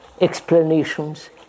explanations